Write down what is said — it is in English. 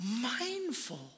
mindful